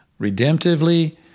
redemptively